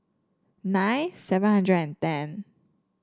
nine seven hundred and ten